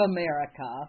America